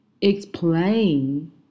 explain